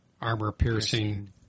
Armor-piercing